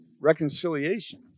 reconciliation